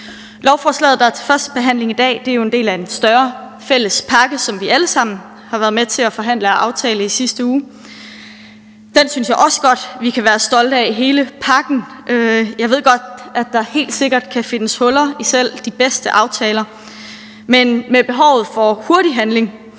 Lovforslaget, der er til første behandling i dag, er jo en del af en større fælles pakke, som vi alle sammen har været med til at forhandle og aftale i sidste uge. Den synes jeg også godt vi kan være stolte af – hele pakken. Jeg ved godt, at der helt sikkert kan findes huller i selv de bedste aftaler, men med behovet for hurtig handling